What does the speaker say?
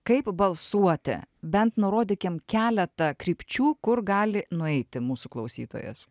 kaip balsuoti bent nurodykim keletą krypčių kur gali nueiti mūsų klausytojas